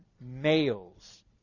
males